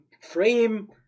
frame